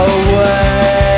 away